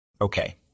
Okay